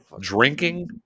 drinking